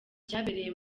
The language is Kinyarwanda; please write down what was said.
cyabereye